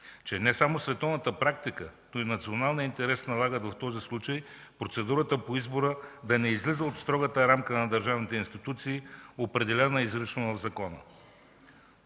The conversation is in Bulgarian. че не само в световната практика, но и националният интерес налага в този случай процедурата по избора да не излезе от строгата рамка на държавните институции, определена изрично в закона.